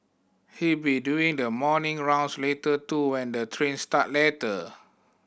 he be doing the morning rounds later too when the trains start later